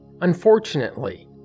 Unfortunately